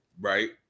Right